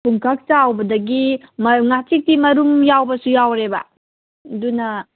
ꯄꯨꯡꯀꯛ ꯆꯥꯎꯕꯗꯒꯤ ꯉꯥꯆꯤꯛꯇꯤ ꯃꯔꯨꯝ ꯌꯥꯎꯕꯁꯨ ꯌꯥꯎꯔꯦꯕ ꯑꯗꯨꯅ